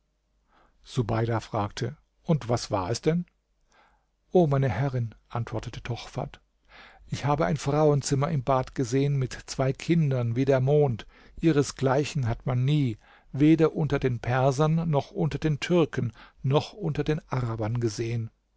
subeida fragte und was war es denn o meine herrin antwortete tochfat ich habe ein frauenzimmer im bad gesehen mit zwei kindern wie der mond ihresgleichen hat man nie weder unter den persern noch unter den türken noch unter den arabern gesehen